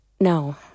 No